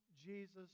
Jesus